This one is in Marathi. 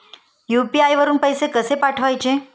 यु.पी.आय वरून पैसे कसे पाठवायचे?